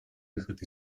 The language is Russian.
выход